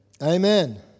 Amen